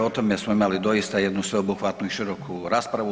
O tome smo imali doista jednu sveobuhvatnu i široku raspravu.